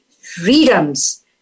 freedoms